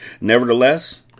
Nevertheless